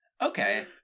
Okay